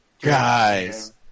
Guys